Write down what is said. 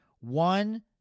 One